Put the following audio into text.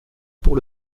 pour